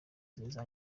zanjye